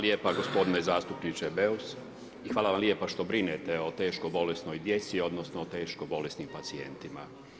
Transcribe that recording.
Hvala lijepa gospodine zastupniče Beus i hvala vam lijepa što brinete o teško bolesnoj djeci odnosno o teško bolesnim pacijentima.